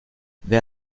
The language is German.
wer